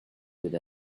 with